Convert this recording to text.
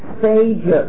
stages